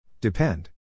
Depend